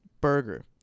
Burger